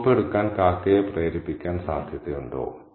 ഈ സോപ്പ് എടുക്കാൻ കാക്കയെ പ്രേരിപ്പിക്കാൻ സാധ്യതയുണ്ടോ